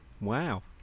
Wow